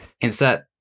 Insert